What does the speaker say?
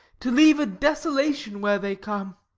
to leave a desolation where they come.